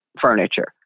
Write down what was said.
furniture